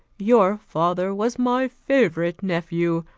your father was my favorite nephew,